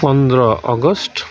पन्ध्र अगस्त